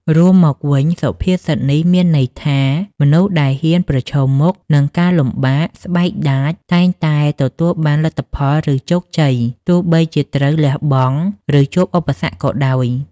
រួមមកវិញ សុភាសិតនេះមានន័យថា មនុស្សដែលហ៊ានប្រឈមមុខនឹងការលំបាក ស្បែកដាច តែងតែទទួលបានលទ្ធផល ឬជោគជ័យ ទោះបីជាត្រូវលះបង់ ឬជួបឧបសគ្គក៏ដោយ។